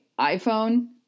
iPhone